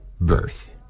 birth